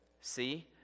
see